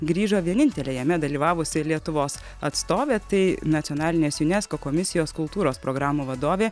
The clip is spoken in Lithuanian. grįžo vienintelė jame dalyvavusi lietuvos atstovė tai nacionalinės junesko komisijos kultūros programų vadovė